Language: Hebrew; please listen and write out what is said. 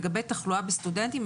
לגבי תחלואה בסטודנטים,